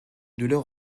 douleur